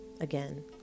Again